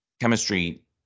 chemistry